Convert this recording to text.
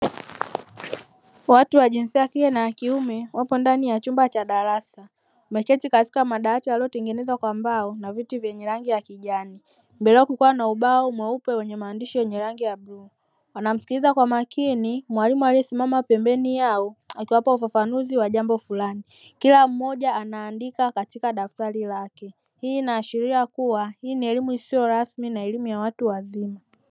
Watu wa jinsia ya kike na ya kiume wapo ndani ya chumba cha darasa. Wameketi katika madawati yaliyotengenezwa kwa mbao na viti vyenye rangi ya kijani, mbele yao kukiwa na ubao mweupe wenye maandishi yenye rangi ya bluu. Wanamsikiliza kwa makini mwalimu aliyesimama pembeni yao akiwapa ufafanuzi wa jambo flani; kila mmoja anaandika katika daftari lake. Hii inaashiria kuwa hii ni elimu isiyo rasmi na elimu ya watu wazima.